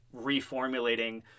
reformulating